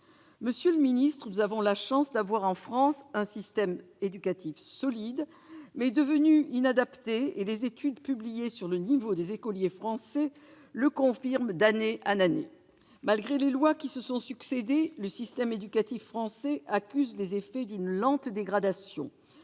Monsieur le ministre, nous avons la chance d'avoir en France un système éducatif solide mais devenu inadapté, et les études publiées sur le niveau des écoliers français le confirment d'année en année. Malgré les lois qui se sont succédé, le système éducatif français accuse les effets d'une lente dégradation